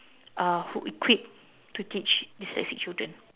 uh who equipped to teach dyslexic children